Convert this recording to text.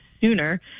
sooner